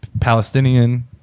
Palestinian